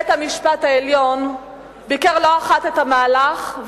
בית-המשפט העליון ביקר לא אחת את המהלך,